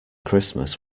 christmas